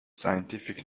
scientific